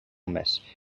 més